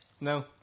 No